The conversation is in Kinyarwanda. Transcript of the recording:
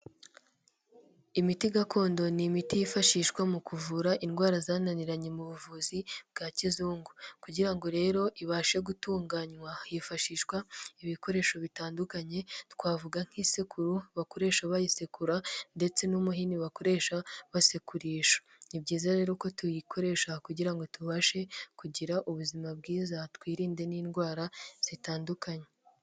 Imiti gakondo ni imiti yifashishwa mu kuvura indwara zananiranye mu buvuzi bwa kizungu, kugira ngo rero ibashe gutunganywa hifashishwa ibikoresho bitandukanye twavuga nk'isekuru bakoresha bayisekura, ndetse n'umuhini bakoresha basekurisha. Ni byiza rero ko tuyikoresha kugira ngo tubashe kugira ubuzima bwiza twirinde n'indwara zitandukanye.